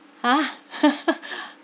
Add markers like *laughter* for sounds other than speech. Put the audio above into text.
!huh! *laughs*